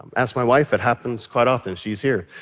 ask my wife. it happens quite often. she's here.